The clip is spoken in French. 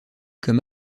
comme